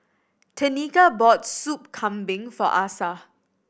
Tenika bought Sup Kambing for Asa